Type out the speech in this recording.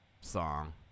song